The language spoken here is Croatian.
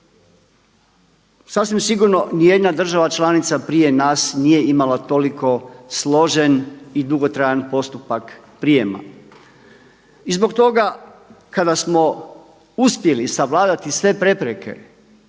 Sasvim sigurno ni jedna država članica prije nas nije imala toliko složen i dugotrajan postupak prijema. I zbog toga kada smo uspjeli savladati sve prepreke